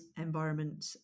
environment